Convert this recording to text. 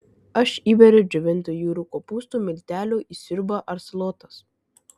aš įberiu džiovintų jūrų kopūstų miltelių į sriubą ar salotas